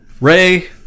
Ray